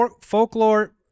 folklore